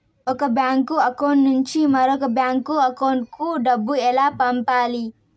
ఒక bank account నుంచి మరొక బ్యాంకు అకౌంట్ కు డబ్బు ఎలా పంపాలి